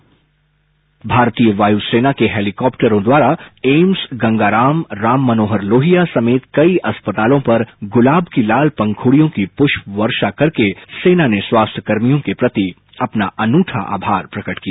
sound bite भारतीय वायू सेना के हेलिकॉप्टरों द्वारा एम्स गंगाराम राममनोहर लोहिया समेत कई अस्पतालों पर गुलाब की लाल पंखुडियों की पुष्प वर्षा करके सेना ने स्वास्थ्यकर्मियों के प्रति अपना अनूठा आभार प्रकट किया